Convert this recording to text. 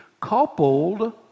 coupled